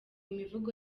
mivugo